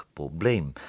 probleem